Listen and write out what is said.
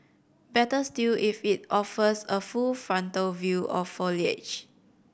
better still if it offers a full frontal view of foliage